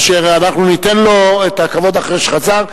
אשר ניתן לו את הכבוד אחרי שחזר,